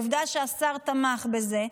עובדה שהשר תמך בזה.